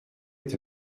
est